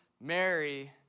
Mary